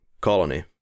colony